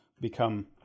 become